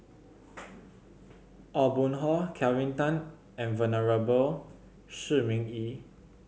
Aw Boon Haw Kelvin Tan and Venerable Shi Ming Yi